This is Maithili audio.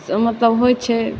मतलब होइ छै